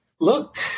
Look